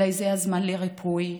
אולי זה הזמן לריפוי?